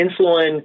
insulin